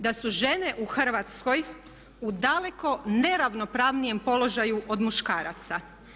Da su žene u Hrvatskoj u daleko ne ravnopravnijem položaju od muškaraca.